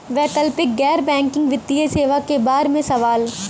वैकल्पिक गैर बैकिंग वित्तीय सेवा के बार में सवाल?